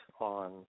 on